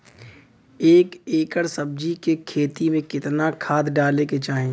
एक एकड़ सब्जी के खेती में कितना खाद डाले के चाही?